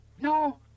No